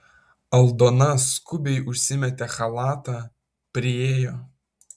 aldona skubiai užsimetė chalatą priėjo